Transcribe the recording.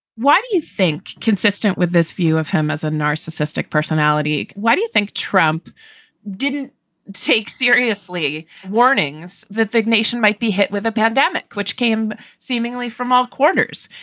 why do you think, consistent with this view of him as a narcissistic personality? why do you think trump didn't take seriously warnings that ignatian might be hit with a pandemic which came seemingly from all corners?